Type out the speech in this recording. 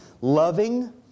loving